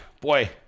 Boy